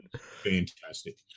fantastic